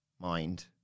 Mind